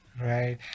Right